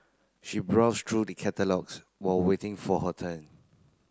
she browsed through the catalogues while waiting for her turn